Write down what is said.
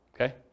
Okay